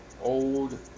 old